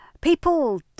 people